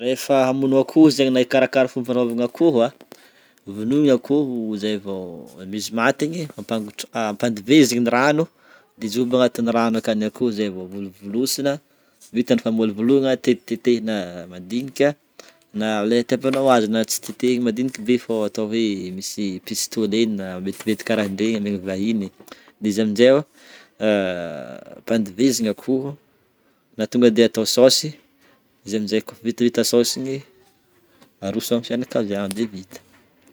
Rehefa hamono akoho zegny na hikarahakaraha fomba fagnanovagna akoho a, vonoiny akoho zay vao izy maty igny, ampangotr- ampandivezigny ny rano de ajobo agnatin'ny rano aka ny akoho zay vao volovolosigna, vita ny famolovologna, tetitetehina madinika na le hitiavanao azy na tsy titehina madiniky be fô atao hoe misy pistolet-ny na metimety karaha an'iregny amena vahiny. De izy amin'jay, ampandivezigny akoho na tonga de atao saosy, izy amin'jay kaofa vitavita saosy igny aroso amin'ny fianakaviagna de vita.